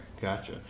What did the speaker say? gotcha